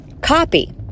copy